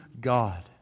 God